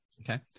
Okay